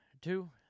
two